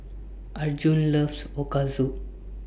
Arjun loves Ochazuke